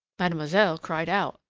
mademoiselle cried out,